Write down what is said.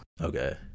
Okay